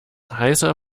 heißer